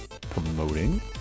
promoting